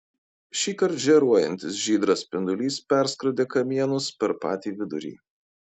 šįkart žėruojantis žydras spindulys perskrodė kamienus per patį vidurį